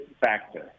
factor